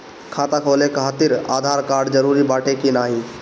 खाता खोले काहतिर आधार कार्ड जरूरी बाटे कि नाहीं?